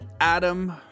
Adam